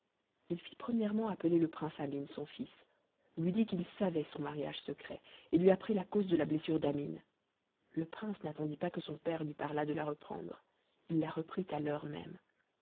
il fit premièrement appeler le prince amin son fils lui dit qu'il savait son mariage secret et lui apprit la cause de la blessure d'amine le prince n'attendit pas que son père lui parlât de la reprendre il la reprit à l'heure même